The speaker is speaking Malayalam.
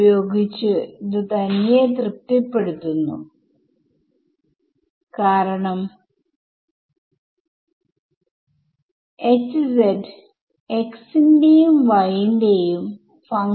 ഇത് എനിക്ക് ഇങ്ങനെ എഴുതാം വിദ്യാർത്ഥി മൈനസ് 1 അതേ അവിടെ ഒരു മൈനസ് 1 ഉണ്ടാവും